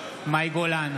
מאי גולן,